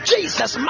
Jesus